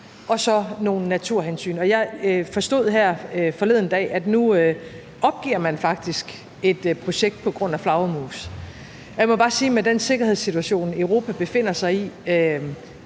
nogle naturhensyn. Jeg forstod her forleden dag, at nu opgiver man faktisk et projekt på grund af flagermus, og jeg må bare sige, at med den sikkerhedssituation, Europa befinder sig i,